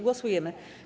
Głosujemy.